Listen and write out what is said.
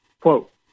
quote